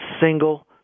single